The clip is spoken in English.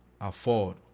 afford